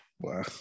Wow